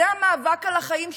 זה המאבק על החיים שלכם.